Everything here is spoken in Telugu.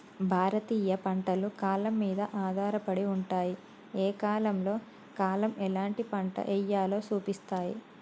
భారతీయ పంటలు కాలం మీద ఆధారపడి ఉంటాయి, ఏ కాలంలో కాలం ఎలాంటి పంట ఎయ్యాలో సూపిస్తాయి